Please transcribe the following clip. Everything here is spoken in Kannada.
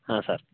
ಹಾಂ ಸರ್